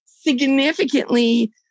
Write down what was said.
significantly